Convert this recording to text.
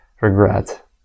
regret